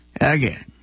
again